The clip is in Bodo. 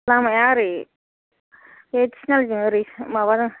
लामाया ओरै बे थिनालिजों ओरै माबाजों